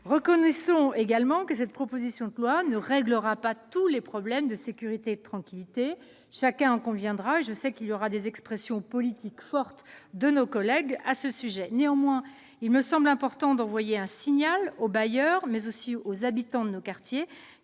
Reconnaissons également que cette proposition de loi ne réglera pas tous les problèmes de sécurité et de tranquillité, chacun en conviendra. Je le sais, les prises de position politiques de nos collègues seront fortes sur ce sujet. Néanmoins, il me semble important d'envoyer un signal non seulement aux bailleurs, mais aussi aux habitants de nos quartiers.